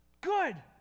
Good